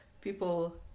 people